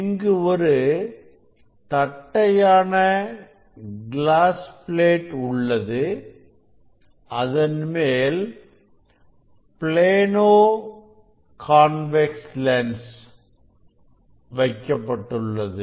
இங்கு ஒரு தட்டையான கிளாஸ் பிளேட் உள்ளது அதன்மேல் ப்ளேனோ கான்வெக்ஸ் லென்ஸ் வைக்கப்பட்டுள்ளது